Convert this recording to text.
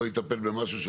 מורשה להיתר.